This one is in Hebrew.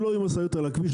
אם לא יהיו משאיות על הכביש,